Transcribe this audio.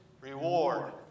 reward